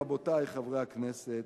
רבותי חברי הכנסת,